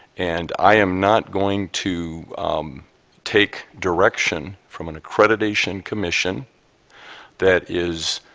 and i am not going to take direction from an accreditation commission that is